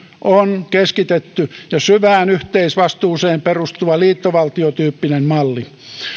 on keskitetty ja syvään yhteisvastuuseen perustuva liittovaltio tyyppinen malli